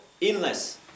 illness